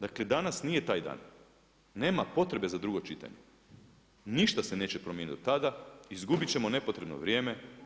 Dakle danas nije taj dan, nema potrebe za drugo čitanje, ništa se neće promijeniti do tada, izgubit ćemo nepotrebno vrijeme.